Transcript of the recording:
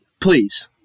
Please